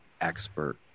expert